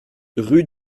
rue